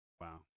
Wow